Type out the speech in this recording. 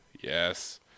Yes